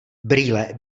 brýle